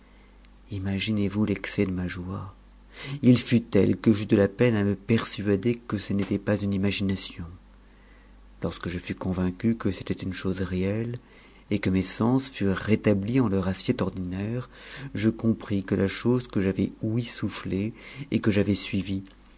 imaeinpx vous l'excès de ma joie it lut têt que j'eus de a peine à me persuadef que ce n'était pas une imagination lorsque je fus convaincu que refait une chose réelle et que mes sens furent rëtamis en leur assiette ordinaire je compris que la chose que j'avais ouï soumer et que j'avais suivie